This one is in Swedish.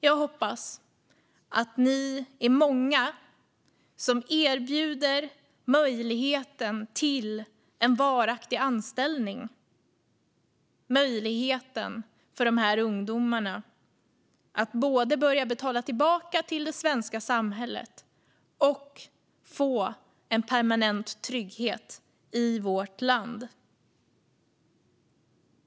Jag hoppas att ni är många som erbjuder möjligheten till en varaktig anställning - möjligheten för dessa ungdomar att både börja betala tillbaka till det svenska samhället och få en permanent trygghet i vårt land.